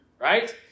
Right